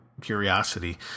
curiosity